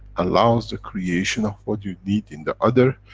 allows the creation of what you need in the other.